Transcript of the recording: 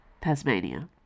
Tasmania